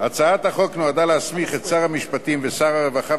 הצעת החוק נועדה להסמיך את שר המשפטים ואת שר הרווחה